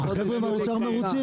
החבר'ה מהאוצר מרוצים